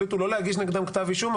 לא הוגש נגדם כתב אישום,